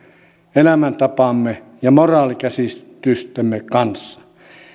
elämäntapamme ja moraalikäsitystemme kanssa